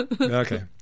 Okay